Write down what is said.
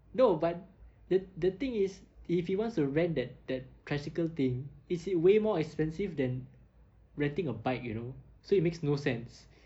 no but the the thing is if he wants to rent that that tricycle thing it's way more expensive than renting a bike you know so it makes no sense